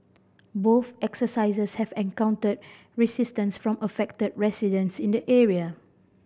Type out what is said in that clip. both exercises have encountered resistance from affected residents in the area